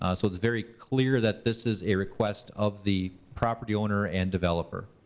ah so it's very clear that this is a request of the property owner and developer.